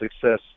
success